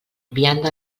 vianda